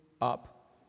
up